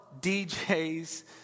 DJ's